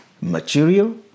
material